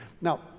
Now